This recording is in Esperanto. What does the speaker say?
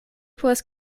povas